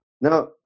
Now